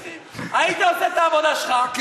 הטרוריסטים שלך היית עושה את העבודה שלך,